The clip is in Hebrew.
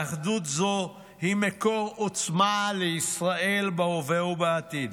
ואחדות זו היא מקור עוצמה לישראל בהווה ובעתיד.